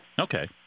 Okay